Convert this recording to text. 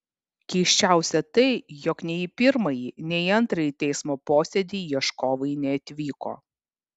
keisčiausia tai jog nei į pirmąjį nei į antrąjį teismo posėdį ieškovai neatvyko